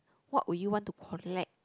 what would you want to collect